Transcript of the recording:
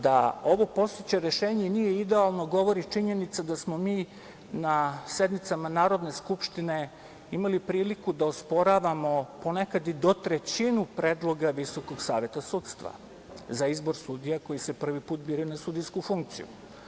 Da ovo postojeće rešenje nije idealno govori činjenica da smo mi na sednicama Narodne skupštine imali priliku da osporavamo ponekad i do trećinu predloga Visokog saveta sudstva za izbor sudija koji se prvi put biraju na sudijsku funkciju.